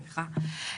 סליחה,